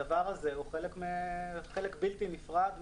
הדבר הזה הוא חלק בלתי נפרד.